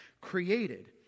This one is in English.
created